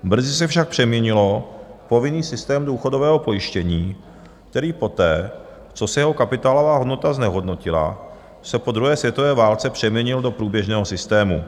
Brzy se však přeměnilo v povinný systém důchodového pojištění, který poté, co se jeho kapitálová hodnota znehodnotila, se po druhé světové válce přeměnil do průběžného systému.